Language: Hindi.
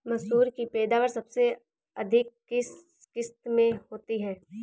मसूर की पैदावार सबसे अधिक किस किश्त में होती है?